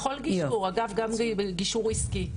בכל גישור, אגב, גם בגישור עסקי,